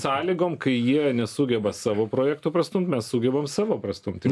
sąlygom kai jie nesugeba savo projekto prastumti mes sugebam savo prastumti